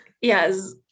yes